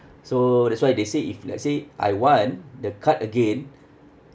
so that's why they say if let's say I want the card again